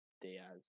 Diaz